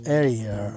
area